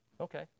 okay